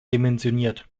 dimensioniert